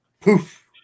Poof